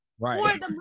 Right